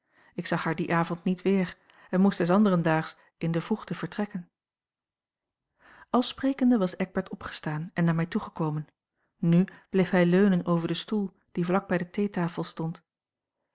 ik zag haar dien avond niet weer en moest des anderen daags in de vroegte vertrekken al sprekende was eckbert opgestaan en naar mij toegekomen n bleef hij leunen over den stoel die vlak bij de theetafel stond